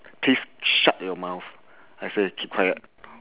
please shut your mouth I said keep quiet